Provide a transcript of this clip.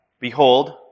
Behold